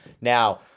Now